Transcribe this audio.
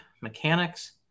mechanics